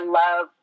love